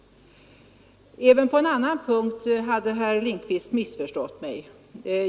Även på en annan punkt hade herr Lindkvist missförstått mig.